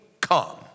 come